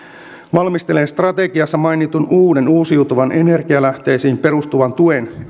valmistelee strategiassa mainitun uuden uusiutuviin energialähteisiin perustuvan tuen